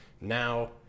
now